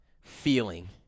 feeling